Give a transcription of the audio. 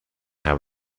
how